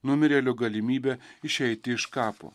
numirėlio galimybe išeiti iš kapo